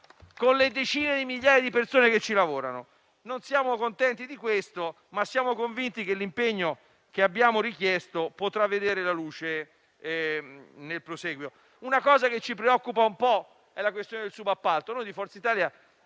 con le decine di migliaia di persone che ci lavorano? Non siamo contenti di questo, ma siamo convinti che l'impegno che abbiamo richiesto potrà vedere la luce nel prosieguo. Ci preoccupa un po' la questione del subappalto.